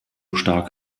stark